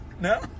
No